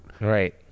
Right